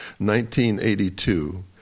1982